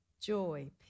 joy